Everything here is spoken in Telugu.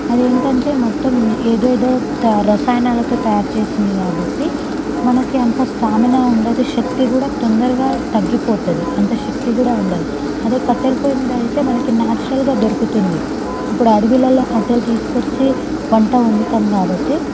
అది ఏంటంటే మొత్తం ఏదేదో తా రసాయనాలతో తయారు చేసింది కాబట్టి మనకి అంత స్టామినా ఉండదు శక్తి కూడా తొందరగా తగ్గిపోతుంది అంత శక్తి కూడా ఉండదు అదే కట్టెల పొయ్యి మీద అయితే మనకి నేచురల్గా దొరుకుతుంది ఇప్పుడు అడవిలలో కట్టెలు తీసుకొచ్చి వంట వండుతాం కాబట్టి